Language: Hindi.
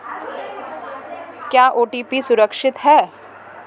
क्या ओ.टी.पी सुरक्षित है?